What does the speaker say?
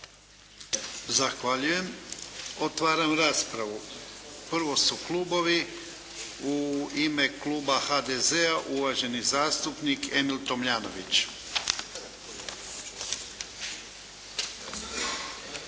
Zahvaljujem. Otvaram raspravu. Prvo su klubovi. U ime Kluba HDZ-a uvaženi zastupnik Emil Tomljanović.